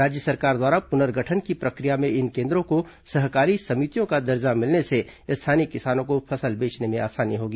राज्य सरकार द्वारा पुनर्गठन की प्रक्रिया में इन केन्द्रों को सहकारी समितियों का दर्जा मिलने से स्थानीय किसानों को फसल बेचने में आसानी होगी